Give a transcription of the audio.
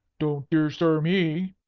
don't dear sir me!